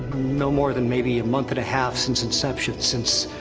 no more than maybe a month and a half since inception, since.